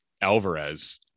Alvarez